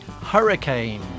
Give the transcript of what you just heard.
Hurricane